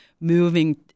moving